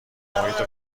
محیط